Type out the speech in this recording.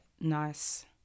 nice